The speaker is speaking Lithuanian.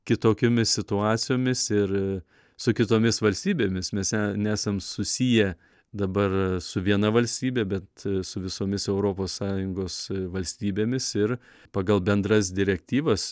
kitokiomis situacijomis ir su kitomis valstybėmis mes e nesam susiję dabar su viena valstybė bet su visomis europos sąjungos valstybėmis ir pagal bendras direktyvas